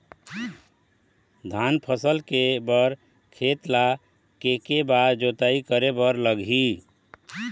धान फसल के बर खेत ला के के बार जोताई करे बर लगही?